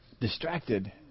distracted